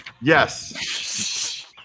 yes